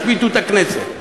השביתו את הכנסת.